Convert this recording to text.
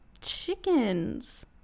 chickens